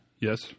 Yes